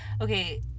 Okay